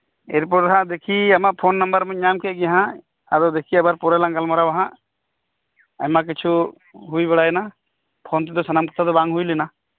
ᱮᱨᱯᱚᱨᱮ ᱦᱟᱸᱜ ᱫᱮᱠᱷᱤ ᱟᱢᱟᱜ ᱯᱷᱳᱱ ᱱᱟᱢᱵᱟᱨ ᱢᱟᱧ ᱧᱟᱢᱠᱮᱫ ᱜᱮᱦᱟᱸᱜ ᱟᱫᱚ ᱫᱮᱠᱷᱤ ᱟᱵᱟᱨ ᱯᱚᱨᱮᱞᱟᱝ ᱜᱟᱞᱢᱟᱨᱟᱣᱟ ᱦᱟᱸᱜ ᱟᱭᱢᱟᱠᱤᱪᱷᱩ ᱦᱩᱭ ᱵᱟᱲᱟᱭᱱᱟ ᱯᱷᱳᱱ ᱛᱮᱫᱚ ᱥᱟᱱᱟᱢ ᱠᱟᱛᱷᱟ ᱫᱚ ᱵᱟᱝ ᱦᱩᱭᱞᱮᱱᱟ